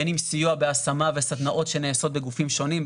בין אם סיוע בהשמה וסדנאות שנעשות בגופים שונים,